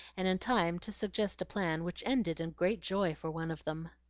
and in time to suggest a plan which ended in great joy for one of them.